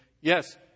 Yes